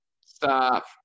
Stop